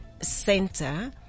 Center